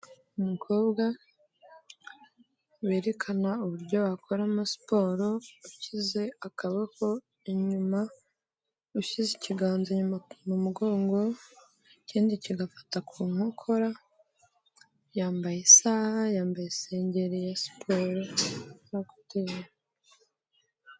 Umukobwa werekana uburyo wakoramo siporo, ushyize akaboko inyuma, ushyize ikiganza inyuma mu mugongo, ikindi kigafata ku nkokora, yambaye isaha, yambaye isengeri ya siporo na kuteri.